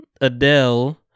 Adele